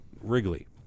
Wrigley